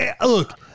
Look